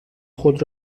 خود